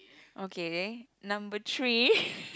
okay number three